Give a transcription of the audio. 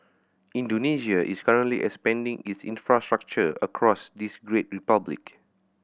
Indonesia is currently expanding its infrastructure across this great republic